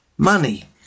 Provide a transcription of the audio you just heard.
Money